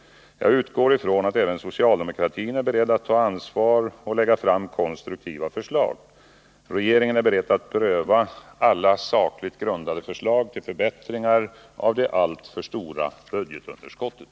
Jag utgår ifrån att även socialdemokratin är beredd att ta ansvar och lägga fram konstruktiva förslag. Regeringen är beredd att pröva alla sakligt grundade förslag till förbättringar av det alltför stora budgetunderskottet.